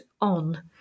on